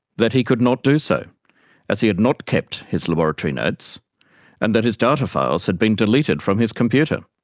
that he could not do so as he had not kept his laboratory notes and that his data files had been deleted from his computer.